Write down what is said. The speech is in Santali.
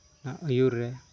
ᱟᱜ ᱟᱹᱭᱩᱨ ᱨᱮ